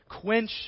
quench